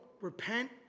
repent